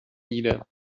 nieder